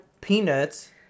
Peanuts